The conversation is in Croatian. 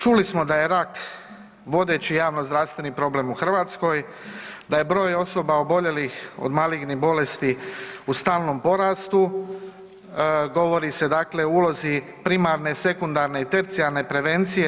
Čuli smo da je rak vodeći javnozdravstveni problem u Hrvatskoj, da je broj osoba oboljelih od malignih bolesti u stalnom porastu, govori se dakle o ulozi primarne, sekundarne i tercijarne prevencije.